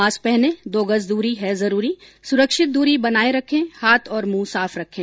mask पहनें दो गज दरी है जरूरी सुरक्षित दूरी बनाये रखें हाथ और मुंह साफ रखें